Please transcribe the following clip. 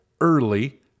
early